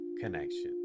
connection